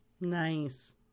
Nice